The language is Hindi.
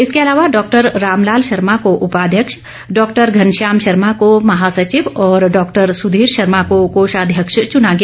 इसके अलावा डॉक्टर रामलाल शर्मा को उपाध्यक्ष डॉक्टर घनश्याम शर्मा को महासचिव और डॉक्टर सुधीर शर्मा को कोषाध्यक्ष च्ना गया